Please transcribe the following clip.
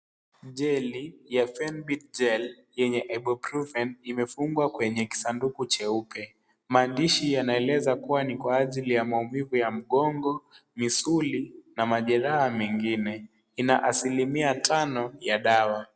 Jeli ya Fenbid Gel yenye Ibuprofen imefungwa kwenye kisanduku cheupe. Maandishi yanaeleza kuwa ni kwa ajili ya maumivu ya mgongo, misuli na majeraha mengine, ina asilimia tano ya dawa.